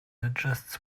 adjusts